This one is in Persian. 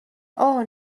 اوه